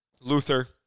Luther